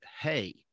hey